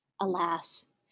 Alas